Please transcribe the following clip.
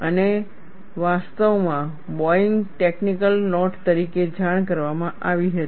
અને તે વાસ્તવમાં બોઇંગ ટેકનિકલ નોટ તરીકે જાણ કરવામાં આવી હતી